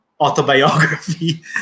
autobiography